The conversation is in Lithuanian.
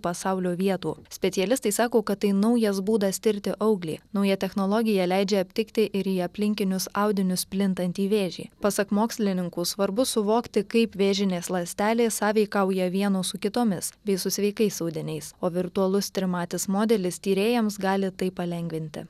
pasaulio vietų specialistai sako kad tai naujas būdas tirti auglį nauja technologija leidžia aptikti ir į aplinkinius audinius plintantį vėžį pasak mokslininkų svarbu suvokti kaip vėžinės ląstelės sąveikauja vienos su kitomis bei su sveikais audiniais o virtualus trimatis modelis tyrėjams gali tai palengvinti